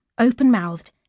open-mouthed